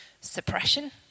suppression